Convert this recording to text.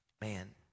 man